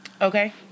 okay